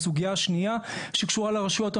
הסוגייה השנייה שקשורה לרשויות המקומיות,